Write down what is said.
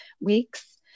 weeks